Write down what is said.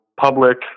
public